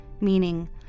meaning